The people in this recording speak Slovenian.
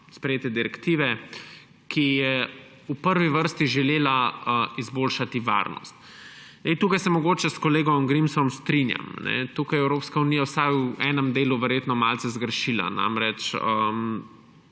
sprejete direktive, ki je v prvi vrsti želela izboljšati varnost. Tukaj se mogoče s kolegom Grimsom strinjam. Tukaj je Evropska unija vsaj v enem delu verjetno malce zgrešila.